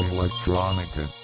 Electronica